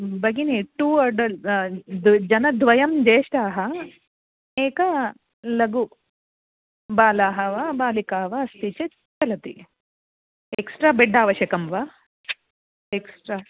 भगिनि two adults जनद्वयं ज्येष्ठाः एकः लघु बालः वा बालिका वा अस्ति चेत् चलति एक्स्ट्रा बेड् आवश्यकं वा एक्स्ट्रा